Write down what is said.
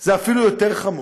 זה אפילו יותר חמור: